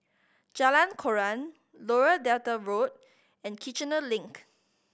Jalan Koran Lower Delta Road and Kiichener Link